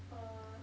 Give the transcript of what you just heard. uh